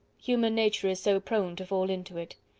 human nature is so prone to fall into it!